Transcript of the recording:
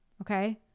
Okay